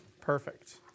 Perfect